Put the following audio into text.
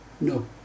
no